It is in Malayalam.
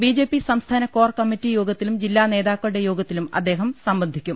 ബി ജെ പി സംസ്ഥാന കോർകമ്മറ്റി ്യോഗത്തിലും ജില്ലാനേതാ ക്കളുടെ യോഗത്തിലും അദ്ദേഹം സംബന്ധിക്കും